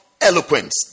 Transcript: eloquence